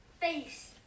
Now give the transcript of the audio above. face